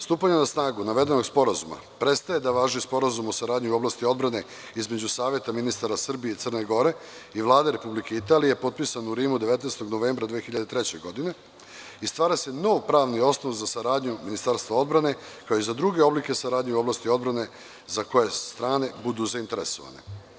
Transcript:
Stupanjem na snagu navedenog sporazuma, prestaje da važi Sporazum o saradnji u oblasti odbrane između Saveta ministara Srbije i Crne Gore i Vlade Republike Italije, koji je potpisan u Rimu, 19. novembra 2003. godine i stvara se novi pravni osnov za saradnju Ministarstva odbrane, kao i za druge oblike saradnje u oblasti odbrane, za koje strane budu zainteresovane.